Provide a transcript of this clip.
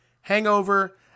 hangover